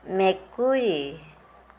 মেকুৰী